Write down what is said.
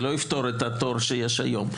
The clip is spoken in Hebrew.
זה לא יפתור את התור שיש היום.